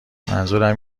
منظورم